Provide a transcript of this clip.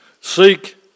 Seek